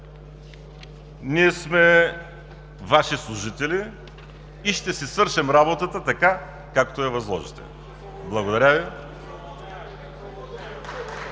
Ние сме Ваши служители и ще си свършим работата така, както я възложите. Благодаря Ви.